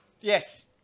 Yes